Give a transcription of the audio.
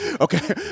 Okay